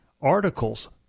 articles